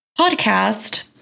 podcast